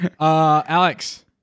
Alex